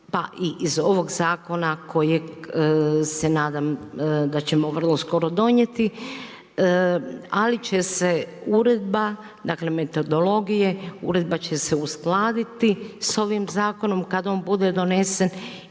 pa i iz ovog zakona kojeg se nadam da ćemo vrlo skoro donijeti ali će se uredba, dakle metodologije, uredba će se uskladiti sa ovim zakonom kada on bude donesen